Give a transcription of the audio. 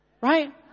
Right